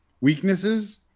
weaknesses